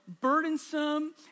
burdensome